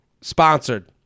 Sponsored